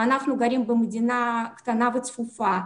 אנחנו גרים במדינה קטנה וצפופה,